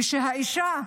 וכשהאישה,